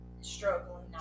struggling